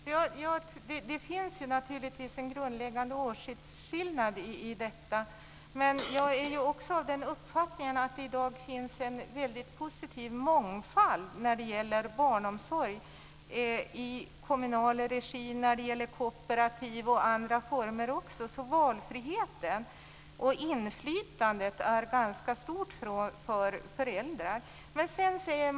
Fru talman! Det finns naturligtvis en grundläggande åsiktsskillnad i detta. Jag är också av den uppfattningen att det i dag finns en väldigt positiv mångfald när det gäller barnomsorg i kommunal regi och också i kooperativa och andra former. Valfriheten och inflytandet är ganska stort för föräldrar.